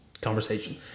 conversation